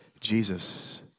Jesus